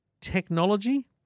technology